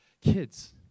kids